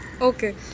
Okay